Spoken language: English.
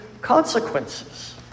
consequences